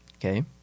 Okay